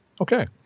Okay